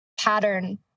pattern